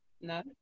No